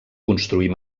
construir